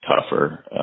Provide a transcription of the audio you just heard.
tougher